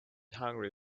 hungry